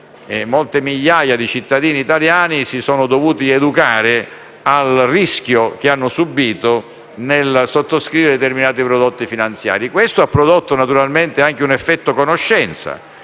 Molte migliaia di cittadini italiani si sono dovute educare sul campo al rischio che hanno subito nel sottoscrivere determinati prodotti finanziari e ciò ha prodotto anche un effetto di conoscenza.